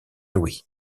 louis